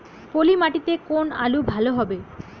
পলি মাটিতে কোন আলু ভালো হবে?